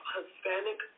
Hispanic